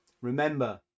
Remember